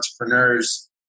entrepreneurs